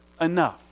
enough